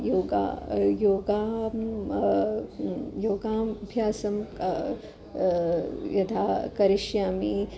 योगः योगः योगाभ्यासं क यथा करिष्यामि